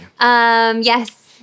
Yes